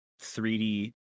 3D